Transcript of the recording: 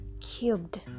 cubed